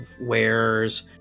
wares